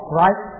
right